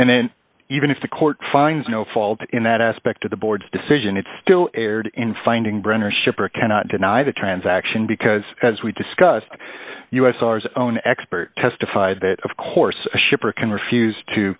and then even if the court finds no fault in that aspect of the board's decision it still erred in finding brinner shipper cannot deny the transaction because as we discussed us our own expert testified that of course a shipper can refuse to